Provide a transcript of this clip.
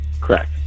Correct